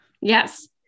Yes